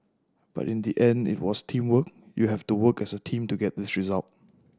but in the end it was teamwork you have to work as a team to get this result